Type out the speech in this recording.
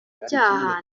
ibyaha